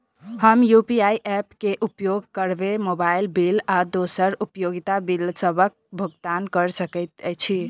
हम UPI app क उपयोग करके मोबाइल बिल आ दोसर उपयोगिता बिलसबक भुगतान कर सकइत छि